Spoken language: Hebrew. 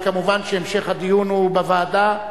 אבל כמובן המשך הדיון הוא בוועדה,